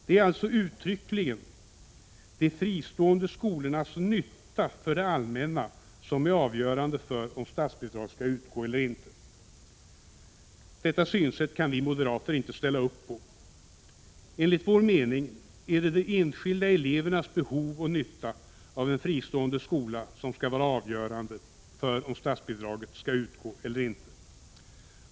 Det är alltså uttryckligen de fristående skolornas nytta för det allmänna som är avgörande för om statsbidrag skall utgå eller inte. Detta synsätt kan vi moderater inte ställa upp på. Enligt vår mening är det de enskilda elevernas behov och nytta av en fristående skola som skall vara avgörande för om statsbidrag skall utgå eller inte.